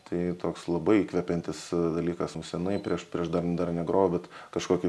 tai toks labai įkvepiantis dalykas nu seniai prieš prieš dar dar negrojau bet kažkokį